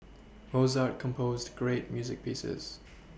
Mozart composed great music pieces